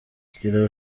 kira